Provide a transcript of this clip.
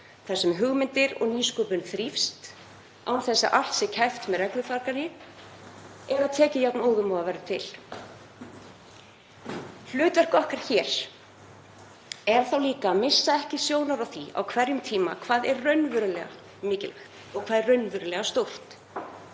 þar sem hugmyndir og nýsköpun þrífast án þess að allt sé kæft með reglufargani eða tekið jafnóðum og það verður til. Hlutverk okkar hér er líka að missa ekki sjónar á því á hverjum tíma hvað er raunverulega mikilvægt og hvað er raunverulega stórt.